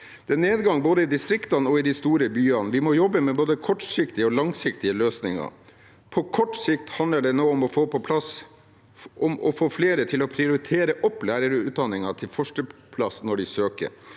Det er nedgang både i distriktene og i de store byene. Vi må jobbe med både kortsiktige og langsiktige løsninger. På kort sikt handler det om å få flere til å prioritere opp lærerutdanningen til førsteplass når de søker.